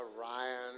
Ryan